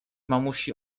mamusi